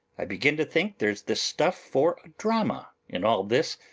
i begin to think there's the stuff for a drama in all this,